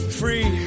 free